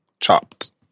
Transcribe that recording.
Chopped